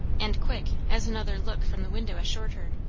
and quick, as another look from the window assured her.